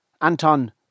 Anton